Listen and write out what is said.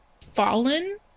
fallen